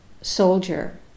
soldier